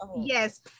yes